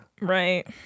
Right